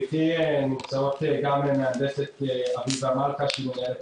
איתי נמצאות גם המהנדסת אביבה מלכה שהיא מנהלת